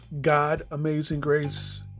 GodAmazingGrace